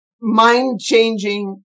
mind-changing